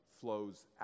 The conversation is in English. flows